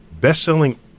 best-selling